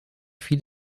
fiel